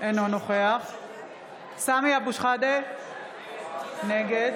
אינו נוכח סמי אבו שחאדה, נגד